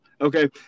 Okay